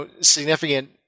significant